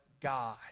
God